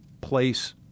place